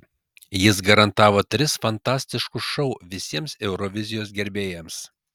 jis garantavo tris fantastiškus šou visiems eurovizijos gerbėjams